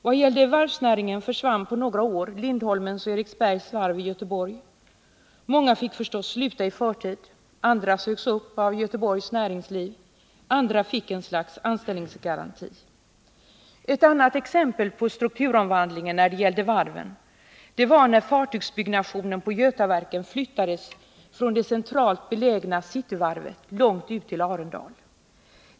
Vad gällde varvsnäringen försvann på några år Lindholmens och Eriksbergs varv i Göteborg. Många fick förstås sluta i förtid, andra sögs upp av Göteborgs näringsliv, andra fick ett slags anställningsgaranti. Ett annat exempel på strukturomvandlingen när det gällde varven fick vi då fartygsbyggnationen på Götaverken flyttades från det centralt belägna Cityvarvet långt ut till Arendal.